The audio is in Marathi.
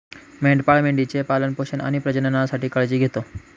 मेंढपाळ मेंढी चे पालन पोषण आणि प्रजननासाठी काळजी घेतो